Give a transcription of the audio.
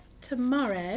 tomorrow